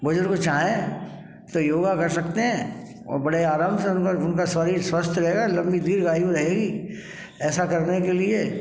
बुजुर्ग चाहें तो योगा कर सकते हैं ओर बड़े आराम से उनका शरीर स्वस्थ रहेगा लंबी दीर्घ आयु रहेगी ऐसा करने के लिए